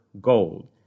Gold